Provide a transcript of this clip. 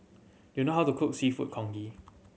do you know how to cook Seafood Congee